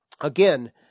again